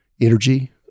energy